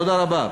תודה רבה.